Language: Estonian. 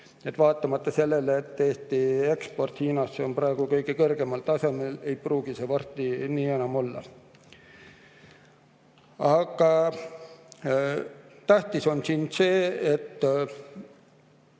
Vaatamata sellele, et Eesti eksport Hiinasse on praegu kõige kõrgemal tasemel, ei pruugi see varsti enam nii olla. Aga tähtis on see,